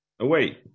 away